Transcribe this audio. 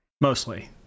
Mostly